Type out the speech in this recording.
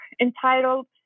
entitled